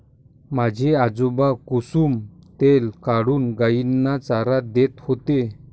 माझे आजोबा कुसुम तेल काढून गायींना चारा देत होते